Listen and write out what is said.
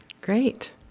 Great